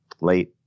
Late